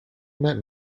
met